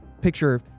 picture